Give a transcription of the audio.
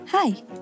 Hi